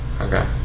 Okay